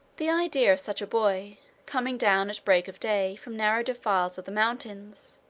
the idea of such a boy coming down at break of day, from narrow defiles of the mountains,